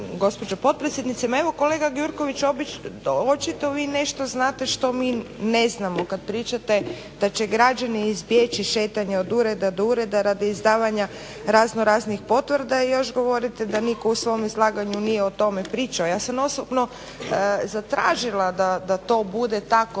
gospođo potpredsjednice. Pa evo kolega Gjurković očito vi nešto znate što mi ne znamo kad pričate da će građani izbjeći šetanje od ureda do ureda radi izdavanja razno raznih potvrda i još govorite da nitko u svom izlaganju nije o tome pričao. Ja sam osobno zatražila da to bude tako.